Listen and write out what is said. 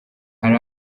hari